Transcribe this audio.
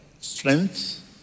strength